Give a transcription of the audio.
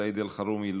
סעיד אלחרומי,